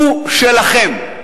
הוא שלכם.